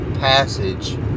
Passage